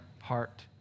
heart